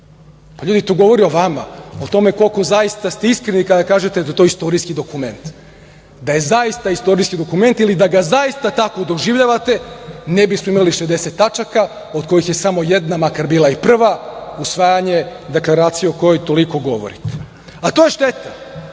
pa to govori o vama, o tome koliko ste zaista iskreni kada kažete da je to istorijski dokument. Da je zaista istorijski dokument ili da ga zaista tako doživljavate ne bismo imali 60 tačaka, od kojih je samo jedna, makar bila i prva, usvajanje deklaracije o kojoj toliko govorite, a to je šteta,